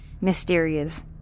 mysterious